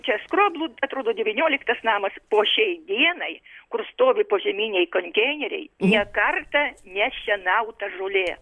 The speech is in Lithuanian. čia skroblų atrodo devynioliktas namas po šiai dienai kur stovi požeminiai konteineriai ne kartą nešienauta žolė